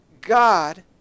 God